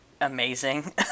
amazing